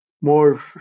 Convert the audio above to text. more